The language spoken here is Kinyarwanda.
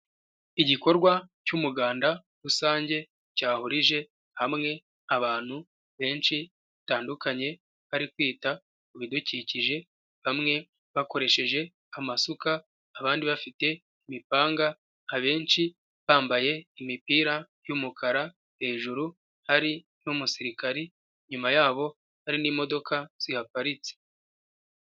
Igikorwa cy'umuganda rusange cyahurije hamwe abantu benshi batandukanye bari kwita kubidukikije bamwe bakoresheje amasuka, abandi bafite imipanga abenshi bambaye imipira y'umukara hejuru hari n'umusirikari, inyuma yabo hari n'imodoka zihaparitse.